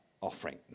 offering